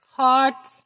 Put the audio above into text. Hot